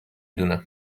دونم